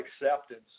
acceptance